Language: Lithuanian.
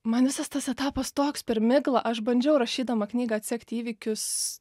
man visas tas etapas toks per miglą aš bandžiau rašydama knygą atsekti įvykius